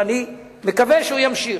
ואני מקווה שהוא ימשיך.